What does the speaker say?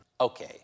Okay